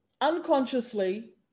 unconsciously